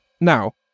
Now